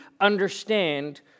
understand